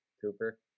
cooper